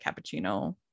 cappuccino